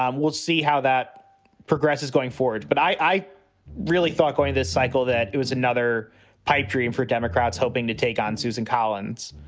um we'll see how that progress is going forward. but i really thought going this cycle that it was another pipe dream for democrats hoping to take on susan collins.